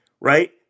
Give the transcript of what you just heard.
right